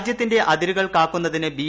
രാജ്യത്തിന്റെ അതിരുകൾ കാക്കുന്നതിന് ബി